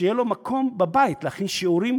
שיהיה לו מקום בבית להכין שיעורים,